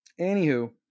Anywho